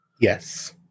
Yes